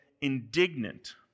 indignant